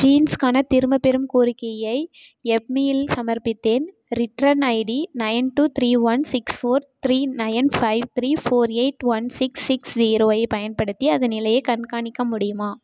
jeans க்கான திரும்பப்பெறும் கோரிக்கையை யப்மீ இல் சமர்ப்பித்தேன் return ID nine two three one six four three nine five three four eight one six six zero ஐப் பயன்படுத்தி அதன் நிலையைக் கண்காணிக்க முடியுமா